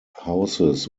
houses